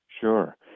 Sure